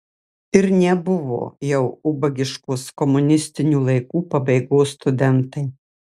ir nebuvo jau ubagiškos komunistinių laikų pabaigos studentai